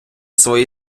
своїй